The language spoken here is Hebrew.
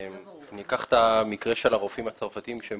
ניקח את המקרה של הרופאים הצרפתיים כשהם